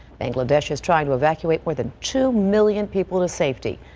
bangladesh is trying to evacuate more than two million people to safety.